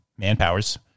manpowers